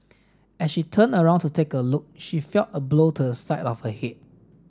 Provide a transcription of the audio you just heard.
as she turned around to take a look she felt a blow to the side of her head